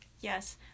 Yes